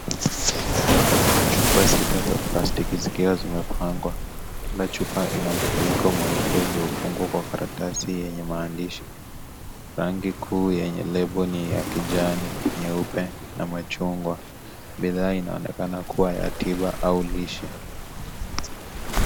Chupa sita za plastiki zikiwa zimepangwa. Kila chupa ina mfuniko mweupe uliofungwa kwenye karatasi yenye maandishi. Rangi kuu yenye lebo ni ya kijani nyeupe na machungwa. Bidhaa inaonekana kuwa ya tiba au lishe.